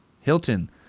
Hilton